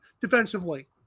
defensively